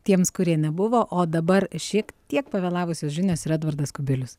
tiems kurie nebuvo o dabar šiek tiek pavėlavusios žinios ir edvardas kubilius